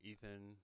Ethan